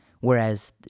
whereas